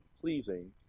pleasing